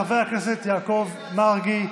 חבר הכנסת יעקב מרגי,